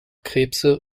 krebse